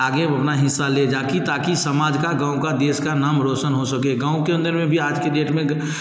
आगे अपना हिस्सा ले जाके ताकि समाज का गाँव का देश का नाम रौशन हो सके गाँव के अन्दर भी आज की डेट में